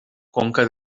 conca